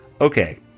okay